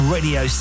Radio